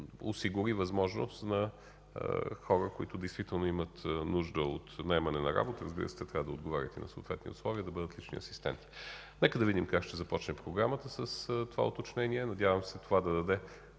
възможност на хора, които действително имат нужда от наемане на работа. Разбира се, те трябва да отговарят и на съответни условия да бъдат лични асистенти. Нека да видим как ще започне програмата с това уточнение. Надявам се това да даде